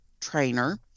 trainer